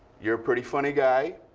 you're a pretty funny guy.